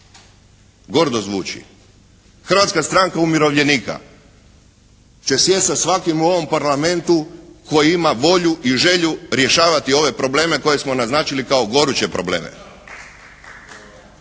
Gordo zvuči. Hrvatska stranka umirovljenika će sjesti sa svakim u ovom Parlamentu koji ima volju i želju rješavati ove probleme koje smo naznačili kao goruće probleme